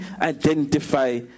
identify